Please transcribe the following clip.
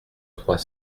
trois